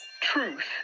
Truth